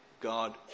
God